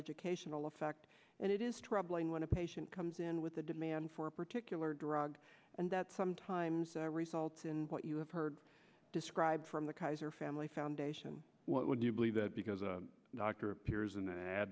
educational effect and it is troubling when a patient comes in with a demand for a particular drug and that sometimes results in what you have heard described from the kaiser family foundation what would you believe because a doctor a